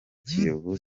kiyovu